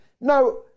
Now